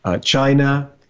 China